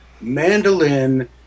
mandolin